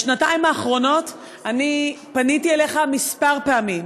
בשנתיים האחרונות פניתי אליך כמה פעמים,